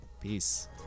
peace